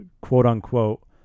quote-unquote